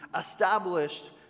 established